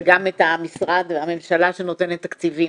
וגם את המשרד והממשלה שנותנת תקציבים.